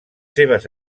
seves